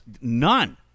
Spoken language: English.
None